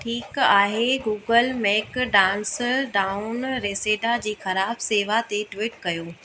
ठीकु आहे Google McDonald's down रेसेडा जी ख़राबु सेवा ते ट्विट करियो